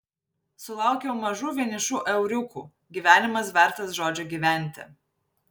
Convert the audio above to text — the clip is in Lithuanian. sulaukiau mažų vienišų euriukų gyvenimas vertas žodžio gyventi